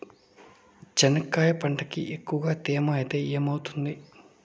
చెనక్కాయ పంటకి ఎక్కువగా తేమ ఐతే ఏమవుతుంది?